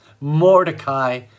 Mordecai